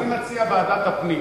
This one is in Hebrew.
אני מציע ועדת הפנים.